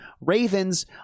Ravens